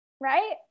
right